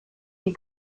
die